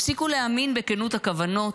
הפסיקו להאמין בכנות הכוונות,